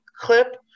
clip